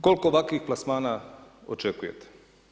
Koliko ovakvih plasmana očekujete?